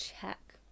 check